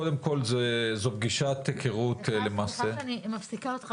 קודם כל זו פגישת היכרות --- סליחה שאני מפסיקה אותך,